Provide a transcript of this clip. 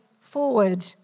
forward